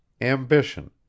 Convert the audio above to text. ambition